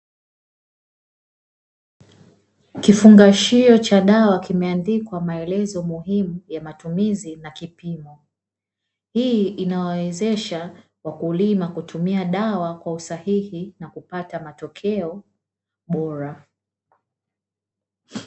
Kifungashio cha dawa kimeandikwa maelezo muhimu ya matumizi na kipimo hii inawawezesha wakulima kutumia dawa kwa usahihi na kupata matokeo bora.